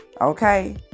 Okay